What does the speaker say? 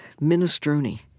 minestrone